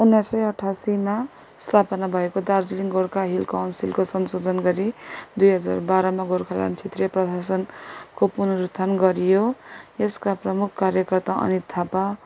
उन्नाइस सय अठासीमा स्थापना भएको दार्जिलिङ गोर्खा हिल काउन्सिलको संशोधन गरि दुई हजार बाह्रमा गोर्खाल्यान्ड क्षेत्रिय प्रशासनको पुनरुत्थान गरियो यसका प्रमुख कार्यकर्ता अनित थापा